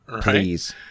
please